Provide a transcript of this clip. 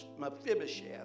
Mephibosheth